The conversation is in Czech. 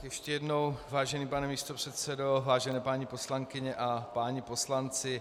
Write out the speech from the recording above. Ještě jednou, vážený pane místopředsedo, vážené paní poslankyně a páni poslanci.